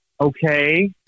Okay